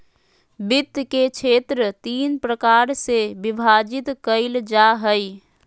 वित्त के क्षेत्र तीन प्रकार से विभाजित कइल जा हइ